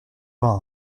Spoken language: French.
vingt